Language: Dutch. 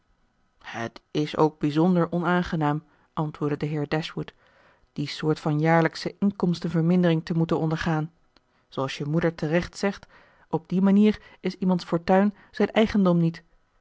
het is ook bijzonder onaangenaam antwoordde de heer dashwood die soort van jaarlijksche inkomstenvermindering te moeten ondergaan zooals je moeder terecht zegt op die manier is iemands fortuin zijn eigendom niet